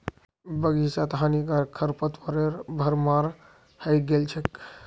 बग़ीचात हानिकारक खरपतवारेर भरमार हइ गेल छ